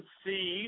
see